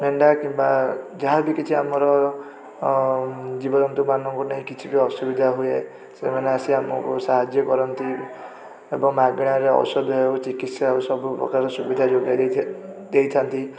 ମେଣ୍ଢା କିମ୍ବା ଯାହାବି କିଛି ଆମର ଜୀବଜନ୍ତୁମାନଙ୍କୁ ନେଇ ଆମର କିଛି ଅସୁବିଧା ହୁଏ ସେମାନେ ଆସି ଆମକୁ ସାହାଯ୍ୟ କରନ୍ତି ଏବଂ ମାଗଣାରେ ଔଷଧ ଚିକିତ୍ସା ସବୁପ୍ରକାର ଯୋଗେଇ ଦେଇଥାନ୍ତି